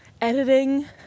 editing